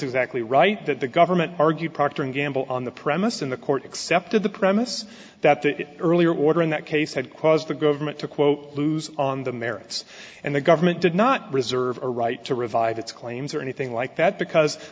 exactly right that the government argued procter and gamble on the premises in the court accepted the premise that the earlier order in that case had caused the government to quote lose on the merits and the government did not reserve a right to revive its claims or anything like that because